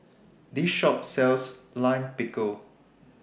This Shop sells Lime Pickle